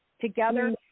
together